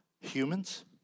humans